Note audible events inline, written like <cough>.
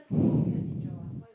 <breath>